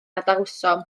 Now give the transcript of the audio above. adawsom